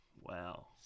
Wow